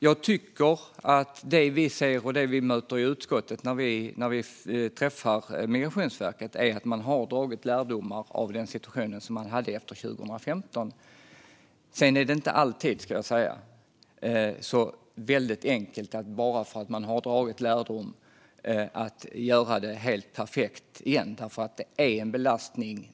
Jag tycker att det vi ser och det utskottet möter när vi träffar Migrationsverket är att man har dragit lärdomar av situationen efter 2015. Men bara för att man har dragit lärdomar är det inte alltid så enkelt att man gör det helt perfekt nästa gång.